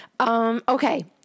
Okay